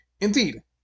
Indeed